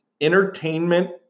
entertainment